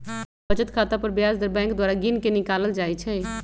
बचत खता पर ब्याज दर बैंक द्वारा गिनके निकालल जाइ छइ